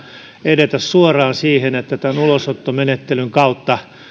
edetä suoraan siihen että ulosottomenettelyn kautta